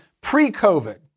pre-COVID